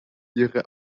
ihre